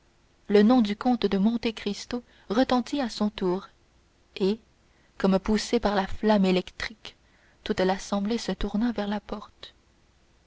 le nom du comte de monte cristo retentit à son tour et comme poussée par la flamme électrique toute l'assemblée se tourna vers la porte